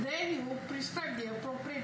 the you prescribe the appropriate